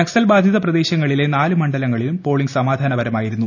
നക്സൽ ബാധിത പ്രദേശങ്ങളിലെ നാല് മണ്ഡലങ്ങളിലും പോളിംഗ് സമാധാനപരമായിരുന്നു